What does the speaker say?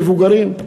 מבוגרים.